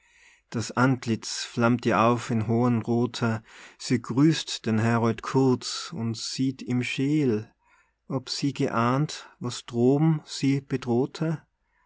das antlitz flammt ihr auf in hohem rothe sie grüßt den herold kurz und sieht ihm scheel ob sie geahnt was droben sie bedrohte